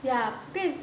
yeah